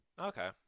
Okay